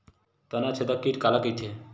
तनाछेदक कीट काला कइथे?